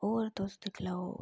होर तुस दिक्खी लैओ